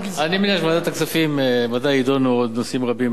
אני מניח שבוועדת הכספים ודאי יידונו עוד נושאים רבים בנוסף.